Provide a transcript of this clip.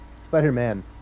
spider-man